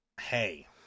hey